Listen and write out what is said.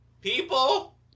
people